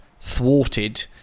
thwarted